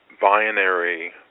binary